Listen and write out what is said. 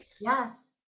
Yes